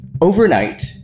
overnight